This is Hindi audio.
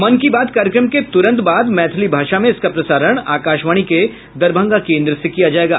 मन की बात कार्यक्रम के तुरंत बाद मैथिली भाषा में इसका प्रसारण आकाशवाणी के दरभंगा केन्द्र से किया जायेगा